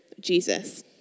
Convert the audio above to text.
Jesus